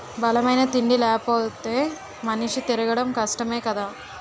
బలమైన తిండి లేపోతే మనిషి తిరగడం కష్టమే కదా